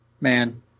man